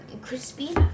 crispy